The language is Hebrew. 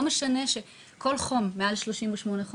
לא משנה שכל חום מעל-38 מעלות,